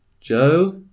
Joe